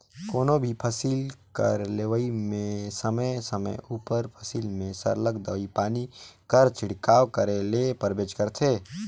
कोनो भी फसिल कर लेवई में समे समे उपर फसिल में सरलग दवई पानी कर छिड़काव करे ले परबेच करथे